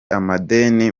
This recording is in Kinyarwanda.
amadeni